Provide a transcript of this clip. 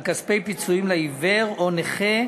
על כספי פיצויים לעיוור או נכה),